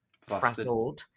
frazzled